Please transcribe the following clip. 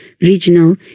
regional